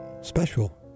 special